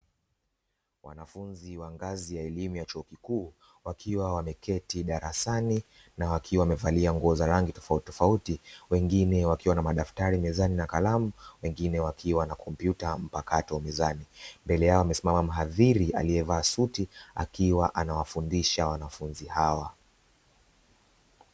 Wanafunzi wa ngazi ya elimu ya chuo kikuu wakiwa wameketi darasani na wakiwa wamevalia nguo za rangi tofautitofauti wengine wakiwa na madaftari mezani na kalamu, wengine wakiwa na kompyuta mpakato mezani. Mbele yao amesimama mhadhiri aliyevaa suti akiwa anawafundisha wanafunzi hawa.